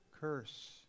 curse